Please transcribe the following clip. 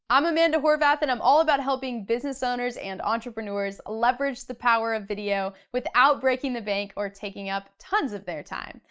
i'm amanda horvath and i'm all about helping business owners and entrepreneurs leverage the power of video without breaking the bank or taking up tons of their time.